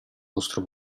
vostro